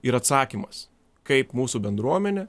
ir atsakymas kaip mūsų bendruomenė